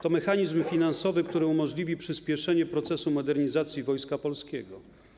To mechanizm finansowy, który umożliwi przyspieszenie procesu modernizacji Wojska Polskiego.